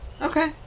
Okay